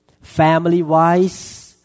family-wise